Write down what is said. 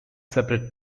separate